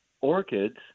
orchids